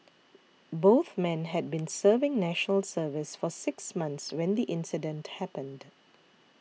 both men had been serving National Service for six months when the incident happened